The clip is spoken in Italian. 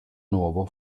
nuovo